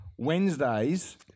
Wednesdays